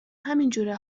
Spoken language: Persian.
همینجوره